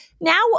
now